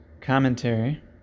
commentary